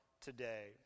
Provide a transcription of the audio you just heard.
today